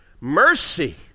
mercy